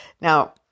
Now